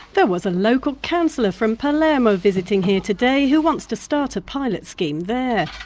there was a local councillor from palermo visiting here today who wants to start a pilot scheme there.